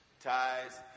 ties